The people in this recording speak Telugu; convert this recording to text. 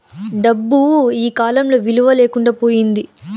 డబ్బు ఈకాలంలో విలువ లేకుండా పోయింది